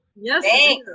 Yes